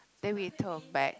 then we turn back